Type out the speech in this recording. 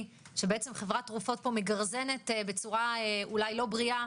שחברת תרופות פה מגרזנת בצורה אולי לא בריאה